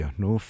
no